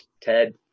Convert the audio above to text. ted